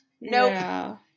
Nope